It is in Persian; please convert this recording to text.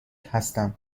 هستم